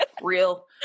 Real